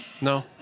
no